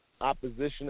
opposition